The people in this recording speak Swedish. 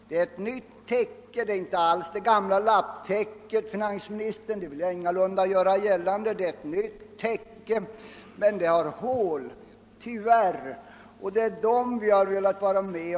Det är ett nytt täcke — jag vill ingalunda göra gällande att det är det gamla lapptäcket — men det har tyvärr hål, och det är dem vi har velat stoppa igen.